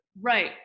Right